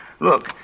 Look